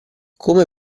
come